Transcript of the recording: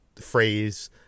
phrase